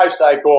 lifecycle